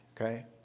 okay